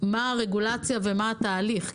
מה הרגולציה ומה התהליך?